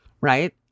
right